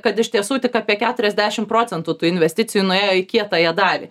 kad iš tiesų tik apie keturiasdešimt procentų tų investicijų nuėjo į kietąją dalį